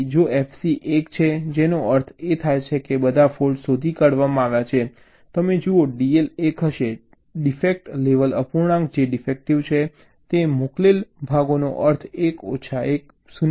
તેથી જો FC 1 છે જેનો અર્થ એ થાય છે કે બધા ફૉલ્ટ્સ શોધી કાઢવામાં આવ્યા છે તમે જુઓ DL 1 હશે ડિફેક્ટ લેવલ અપૂર્ણાંક જે ડિફેક્ટિવ છે તે મોકલેલ ભાગોનો અર્થ 1 ઓછા 1 0 હશે